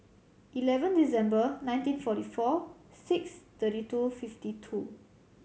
eleven December nineteen forty four six thirty two fifty two